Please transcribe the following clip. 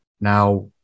now